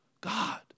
God